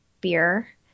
beer